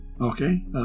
okay